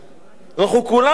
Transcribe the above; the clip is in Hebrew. הרי אנחנו כולנו יודעים